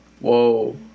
whoa